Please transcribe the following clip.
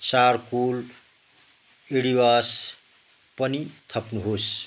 charcoal इडीवास पनि थप्नुहोस्